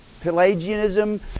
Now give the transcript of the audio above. Pelagianism